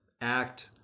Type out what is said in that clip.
act